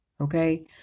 Okay